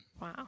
Wow